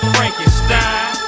Frankenstein